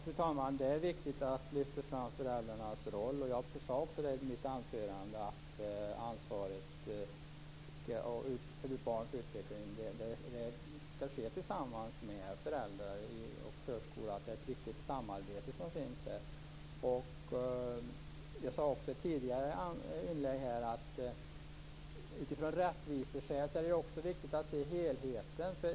Fru talman! Det är viktigt att lyfta fram föräldrarnas roll. Jag sade också i mitt anförande att ansvaret för ett barns utveckling ligger hos föräldrar och förskola. Det är viktigt att det finns ett samarbete där. Jag sade också i ett tidigare inlägg att det av rättviseskäl är viktigt att se helheten.